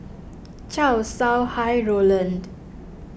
Chow Sau Hai Roland